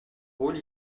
rôle